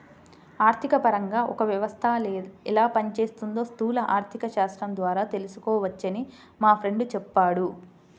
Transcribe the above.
ఆర్థికపరంగా ఒక వ్యవస్థ ఎలా పనిచేస్తోందో స్థూల ఆర్థికశాస్త్రం ద్వారా తెలుసుకోవచ్చని మా ఫ్రెండు చెప్పాడు